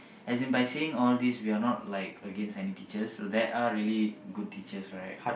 as in by saying all these we're not like against any teachers there are really good teachers right